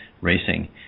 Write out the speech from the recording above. racing